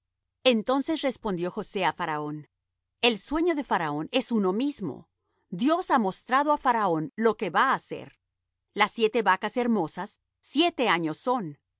entonces respondió josé á faraón el sueño de faraón es uno mismo dios ha mostrado á faraón lo que va á hacer las siete vacas hermosas siete años son